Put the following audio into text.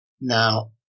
Now